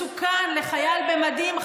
מסוכן לחייל במדים,